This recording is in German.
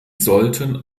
sollten